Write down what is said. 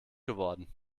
geworden